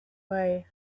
way